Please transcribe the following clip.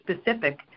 specific